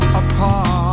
apart